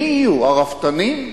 מי יהיו, הרפתנים?